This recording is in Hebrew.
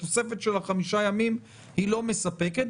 התוספת של החמישה ימים לא מספקת,